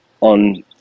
on